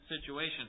situation